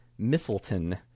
Mistleton